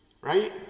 right